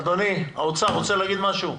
אדוני מהאוצר, רוצה להגיד משהו?